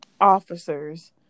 officers